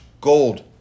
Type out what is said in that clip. gold